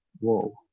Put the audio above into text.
whoa